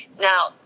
now